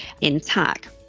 intact